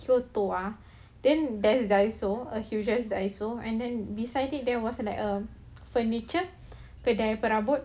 kyoto ah then there's daiso a huge ass daiso and then beside it there was like a furniture kedai perabot